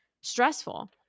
stressful